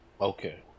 Okay